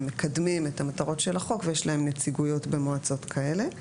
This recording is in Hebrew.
הם מקדמים את המטרות של החוק ויש להם נציגויות במועצות כאלה.